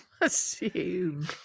Assume